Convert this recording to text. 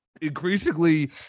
increasingly